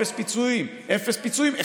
אפס פיצויים, אפס פיצויים.